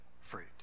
fruit